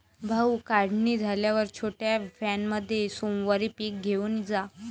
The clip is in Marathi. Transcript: भाऊ, काढणी झाल्यावर छोट्या व्हॅनमध्ये सोमवारी पीक घेऊन जा